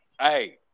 hey